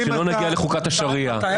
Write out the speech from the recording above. שלא נגיע לחוקת השריעה.